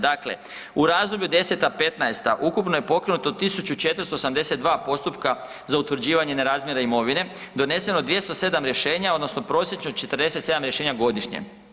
Dakle, u razdoblju '10.-'15. ukupno je pokrenuto 1482 postupka za utvrđivanja nerazmjera imovine, doneseno 207 rješenja odnosno prosječno 47 rješenja godišnje.